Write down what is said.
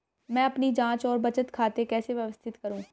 मैं अपनी जांच और बचत खाते कैसे व्यवस्थित करूँ?